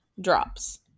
drops